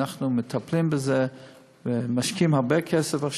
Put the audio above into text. ואנחנו מטפלים בזה ומשקיעים בזה עכשיו הרבה כסף,